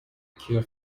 cure